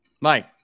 Mike